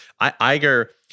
Iger